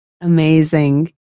amazing